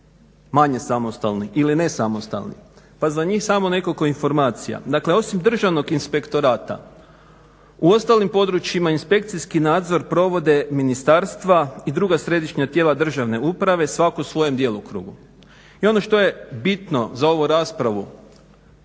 manje samostalni ili nesamostalni, pa za njih samo nekoliko informacija. Dakle, osim državnog inspektorata u ostalim područjima inspekcijski nadzor provede ministarstva i druga središnja tijela državne uprave, svako u svojem djelokrugu. I ono što je bitno za ovu raspravu